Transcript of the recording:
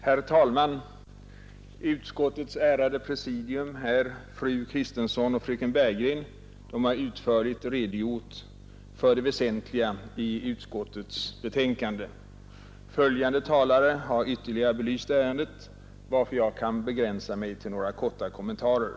Herr talman! Utskottets ärade presidium, fru Kristensson och fröken Bergegren, har utförligt redogjort för det väsentliga i utskottets betänkande. Efterföljande talare har ytterligare belyst ärendet. Jag kan därför begränsa mig till några korta kommentarer.